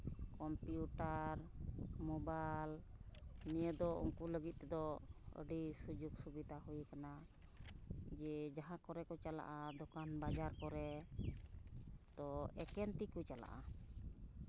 computer mobile ᱱᱤᱭᱟᱹ ᱫᱚ ᱩᱱᱠᱩ ᱞᱟᱹᱜᱤᱫ ᱛᱮᱫᱚ ᱟᱹᱰᱤ ᱥᱩᱡᱳᱜᱽ ᱥᱩᱵᱤᱫᱷᱟ ᱦᱩᱭ ᱠᱟᱱᱟ ᱡᱮ ᱡᱟᱦᱟᱸ ᱠᱚᱨᱮ ᱠᱚ ᱪᱟᱞᱟᱜᱼᱟ ᱫᱚᱠᱟᱱ ᱵᱟᱡᱟᱨ ᱠᱚᱨᱮᱫ ᱛᱳ ᱮᱠᱮᱱ ᱛᱤ ᱠᱚ ᱪᱟᱞᱟᱜᱼᱟ